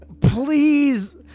Please